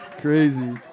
Crazy